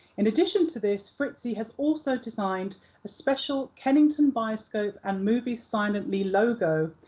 in addition to this, fritzi has also designed a special kennington bioscope and movies silently logo,